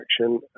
action